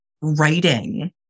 writing